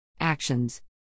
actions